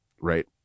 right